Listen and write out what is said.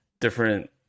different